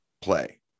play